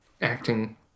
acting